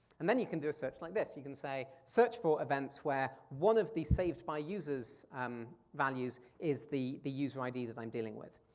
and then you can do a search like this, you can say search for events where one of the saved by users um values is the the user id that i'm dealing with.